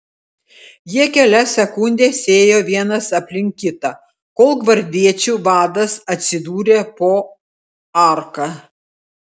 jie kelias sekundes ėjo vienas aplink kitą kol gvardiečių vadas atsidūrė po arka